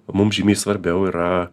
mums žymiai svarbiau yra